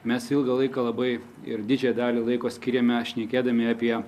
mes ilgą laiką labai ir didžiąją dalį laiko skirėme šnekėdami apie